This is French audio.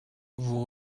vous